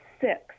six